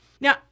now